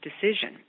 decision